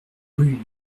rue